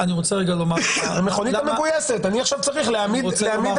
"המכונית המגויסת" אני צריך עכשיו להעמיד